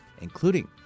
including